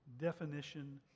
definition